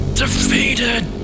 defeated